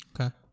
Okay